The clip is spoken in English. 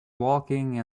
walking